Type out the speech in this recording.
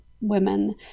women